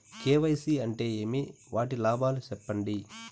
KYC అంటే ఏమి? వాటి లాభాలు సెప్పండి?